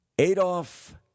Adolf